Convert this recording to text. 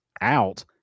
out